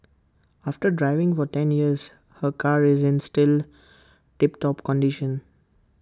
after driving for ten years her car is in still tip top condition